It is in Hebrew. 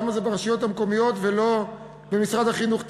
למה זה ברשויות המקומיות ולא במשרד החינוך.